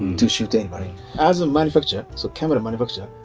to shoot anybody. as a manufacturer, so camera manufacturer,